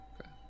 Okay